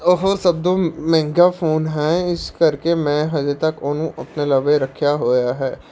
ਉਹ ਸਭ ਤੋਂ ਮਹਿੰਗਾ ਫੋਨ ਹੈ ਇਸ ਕਰਕੇ ਮੈਂ ਅਜੇ ਤੱਕ ਉਹਨੂੰ ਆਪਣੇ ਲਵੇ ਰੱਖਿਆ ਹੋਇਆ ਹੈ